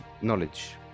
knowledge